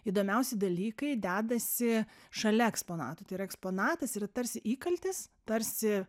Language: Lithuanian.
įdomiausi dalykai dedasi šalia eksponatų tai yra eksponatas yra tarsi įkaltis tarsi